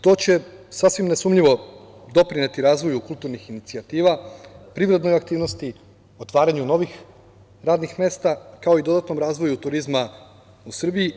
To će, sasvim nesumnjivo, doprineti razvoju kulturnih inicijativa, privrednoj aktivnosti, otvaranju novih radnih mesta, kao i dodatnom razvoju turizma u Srbiji.